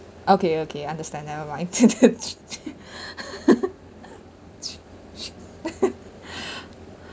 okay okay understand never mind